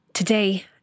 Today